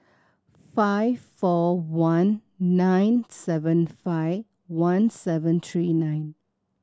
five four one nine seven five one seven three nine